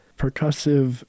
percussive